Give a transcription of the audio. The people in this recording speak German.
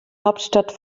hauptstadt